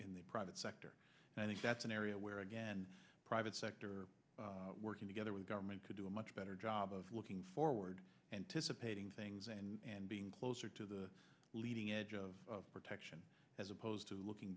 in the private sector and i think that's an area where again private sector working together with government could do a much better job of looking forward anticipating things and being closer to the leading edge of protection as opposed to looking